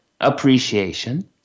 appreciation